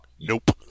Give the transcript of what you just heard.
Nope